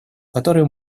которую